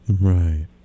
Right